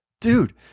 Dude